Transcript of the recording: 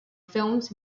films